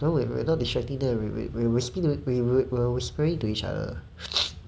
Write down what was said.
no we're not distracting them we're whis~ we're whispering to each other